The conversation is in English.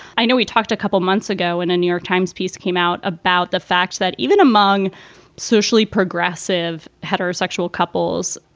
i know we talked a couple of months ago in a new york times piece, came out about the fact that even among socially progressive heterosexual couples,